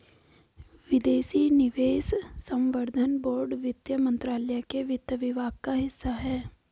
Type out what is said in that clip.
विदेशी निवेश संवर्धन बोर्ड वित्त मंत्रालय के वित्त विभाग का हिस्सा है